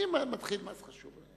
מה זה חשוב?